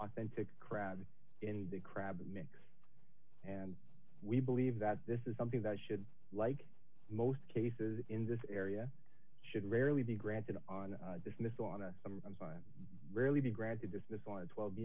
authentic crab in the crab and we believe that this is something that should like most cases in this area should rarely be granted on dismissal on a rarely be granted dismissed on twelve